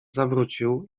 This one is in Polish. zawrócił